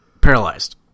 paralyzed